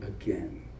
again